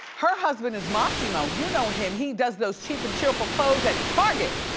her husband is mossimo, you know him, he does those cheap and cheerful clothes at target.